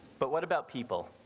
but what about people.